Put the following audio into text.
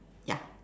ya